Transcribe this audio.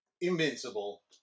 Invincible